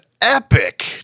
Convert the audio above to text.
epic